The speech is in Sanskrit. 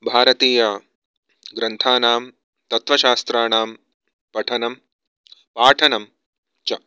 भारतीयग्रन्थानां तत्त्वशास्त्राणां पठनं पाठनं च